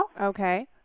Okay